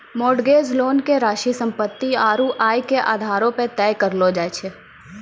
mortgage loan के राशि सम्पत्ति आरू आय के आधारो पे तय करलो जाय छै